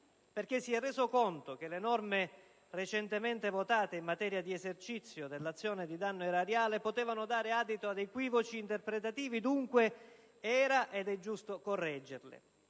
perché si è reso conto che le norme, recentemente votate in materia di esercizio dell'azione di danno erariale, potevano dare adito ad equivoci interpretativi: dunque era ed è giusto correggerle.